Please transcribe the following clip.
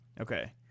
Okay